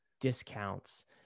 discounts